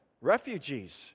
refugees